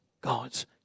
God's